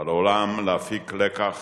על העולם להפיק לקח